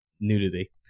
nudity